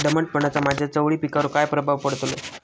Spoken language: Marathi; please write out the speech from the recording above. दमटपणाचा माझ्या चवळी पिकावर काय प्रभाव पडतलो?